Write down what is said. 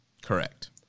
Correct